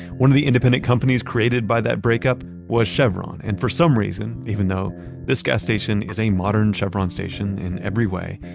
one of the independent companies created by that breakup was chevron. and for some reason, even though this gas station is a modern chevron station in every way,